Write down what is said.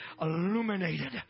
illuminated